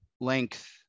length